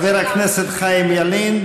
חבר הכנסת חיים ילין,